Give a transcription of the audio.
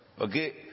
Okay